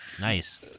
Nice